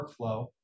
workflow